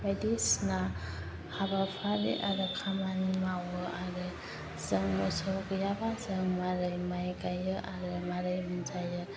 बायदिसिना हाबाफारि आरो खामानि मावो आरो जों मोसौ गैयाब्ला जों मारै माइ गायो आरो मारै मोनजायो